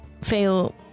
fail